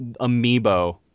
amiibo